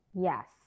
yes